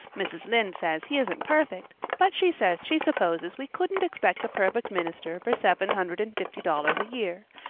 mrs. lynde says he isn't perfect, but she says she supposes we couldn't expect a perfect minister for seven hundred and fifty dollars a year,